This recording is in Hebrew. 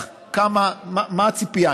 מה הציפייה?